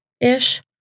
ish